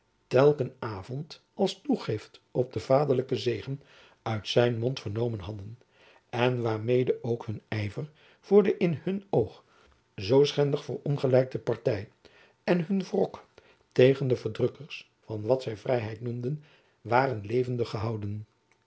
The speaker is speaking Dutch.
telken avond als toegift op den vaderlijken zegen uit zijn mond vernomen hadden en waarmede ook hun yver voor de in hun oog zoo schendig verongelijkte party en hun wrok tegen de verdrukkers van wat zy vrijheid noemden waren levendig gehouden